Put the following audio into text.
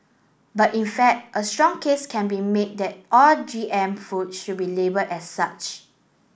but in fact a strong case can be made that all G M food should be label as such